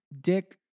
Dick